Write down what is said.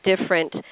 different